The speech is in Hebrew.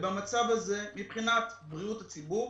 במצב הזה, מבחינת בריאות הציבור,